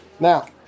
Now